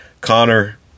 Connor